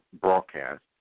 broadcast